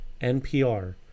NPR